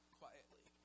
quietly